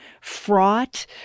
fraught